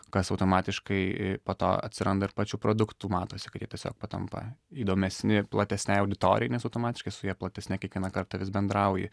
kas automatiškai po to atsiranda ir pačių produktų matosi kad jie tiesiog patampa įdomesni platesnei auditorijai nes automatiškai su ja platesne kiekvieną kartą vis bendrauji